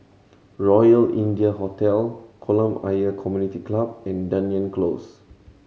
Royal India Hotel Kolam Ayer Community Club and Dunearn Close